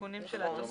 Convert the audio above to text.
תיקונים של התוספות.